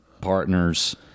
Partners